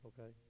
Okay